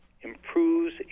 improves